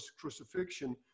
crucifixion